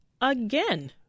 again